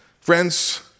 Friends